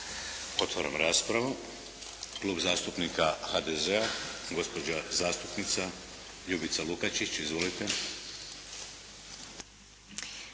Otvaram raspravu. Klub zastupnika HDZ-a gospođa zastupnica Ljubica Lukačić. Izvolite.